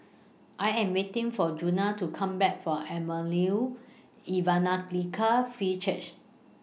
I Am waiting For Juana to Come Back from Emmanuel Evangelical Free Church